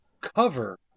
cover